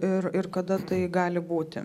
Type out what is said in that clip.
ir ir kada tai gali būti